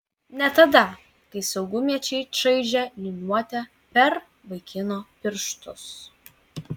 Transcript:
ne tada kai saugumiečiai čaižė liniuote per vaikino pirštus